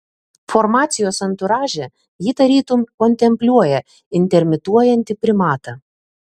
formacijos anturaže ji tarytum kontempliuoja intermituojantį primatą